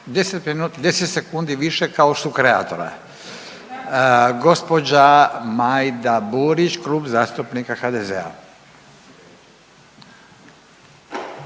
10 sekundi više kao sukreatora. Gospođa Majda Burić, Klub zastupnika HDZ-a.